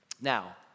Now